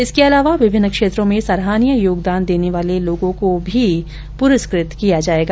इसके अलावा विभिन्न क्षेत्रों में सराहनीय योगदान देने वाले लोगों को भी पुरस्कृत किया जायेगा